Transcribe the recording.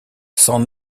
sans